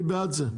אני בעד זה.